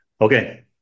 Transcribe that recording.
Okay